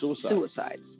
suicide